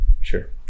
Sure